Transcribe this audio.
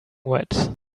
wet